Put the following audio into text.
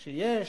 כשיש,